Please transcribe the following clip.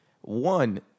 one